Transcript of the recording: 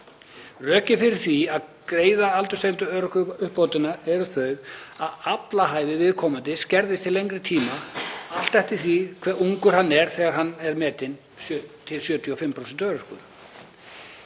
Rökin fyrir því að greiða aldurstengda örorkuuppbót eru þau að aflahæfi viðkomandi skerðist til lengri tíma allt eftir því hve ungur hann er þegar hann er metinn til 75% örorku.